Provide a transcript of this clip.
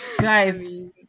guys